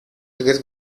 tres